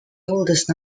oldest